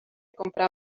comprar